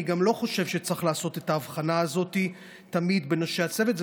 אני גם לא חושב שצריך תמיד לעשות את ההבחנה הזאת בין אנשי הצוות.